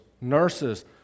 nurses